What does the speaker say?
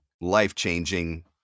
life-changing